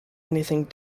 anything